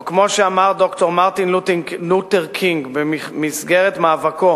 או כמו שאמר ד"ר מרטין לותר קינג במסגרת מאבקו